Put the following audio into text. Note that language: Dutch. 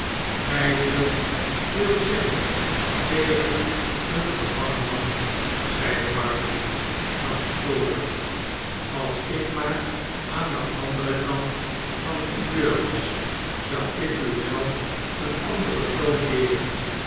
gij durft veel zeggen tegen een gevangen man zeide barnaby gramstorig sals ik maar aan den anderen kant van die deur was zou ik u wel een anderen toon leeren